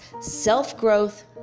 self-growth